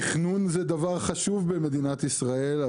תכנון זה דבר חשוב במדינת ישראל,